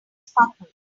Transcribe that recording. sparkled